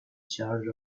charge